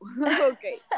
okay